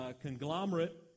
conglomerate